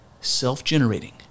self-generating